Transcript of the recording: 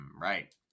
right